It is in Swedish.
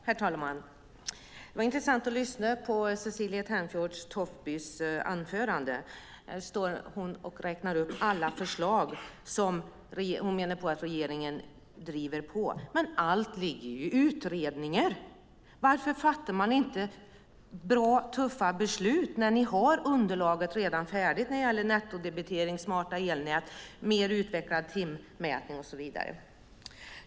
Herr talman! Det var intressant att lyssna på Cecilie Tenfjord-Toftbys anförande. Här står hon och räknar upp alla förslag som hon menar att regeringen driver på i. Men allt ligger ju i utredningar! Varför fattar ni inte bra och tuffa beslut när ni redan har underlaget färdigt när det gäller nettodebitering, smarta elnät, mer utvecklad timmätning och så vidare?